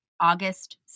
August